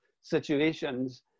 situations